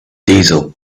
diesel